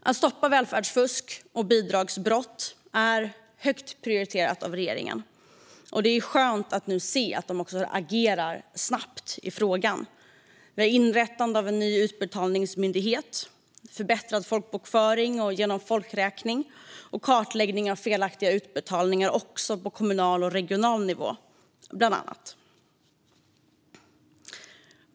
Att stoppa välfärdsfusk och bidragsbrott är högt prioriterat av regeringen, och det är skönt att nu se att de agerar snabbt i frågan med inrättande av en ny utbetalningsmyndighet, förbättrad folkbokföring genom folkräkning och kartläggning av felaktiga utbetalningar också på kommunal och regional nivå, bland annat.